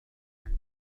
panza